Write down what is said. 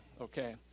Okay